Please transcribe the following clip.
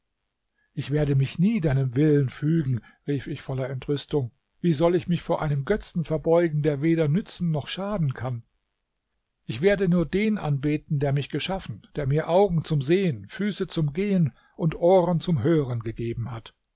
ich werde mich nie deinem willen fügen rief ich voller entrüstung wie soll ich mich vor einem götzen verbeugen der weder nützen noch schaden kann ich werde nur den anbeten der mich geschaffen der mir augen zum sehen füße zum gehen und ohren zum hören gegeben hat